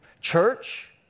Church